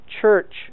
church